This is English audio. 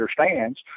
understands